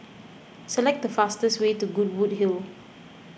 select the fastest way to Goodwood Hill